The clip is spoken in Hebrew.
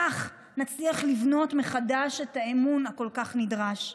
כך נצליח לבנות מחדש את האמון הכל-כך נדרש.